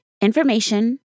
information